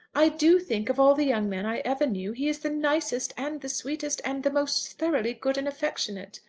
i do think of all the young men i ever knew he is the nicest, and the sweetest, and the most thoroughly good and affectionate.